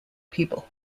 people